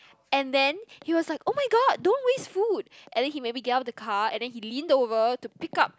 and then he was like [oh]-my-god don't waste food and then he maybe get out of the car and then he lean over to pick out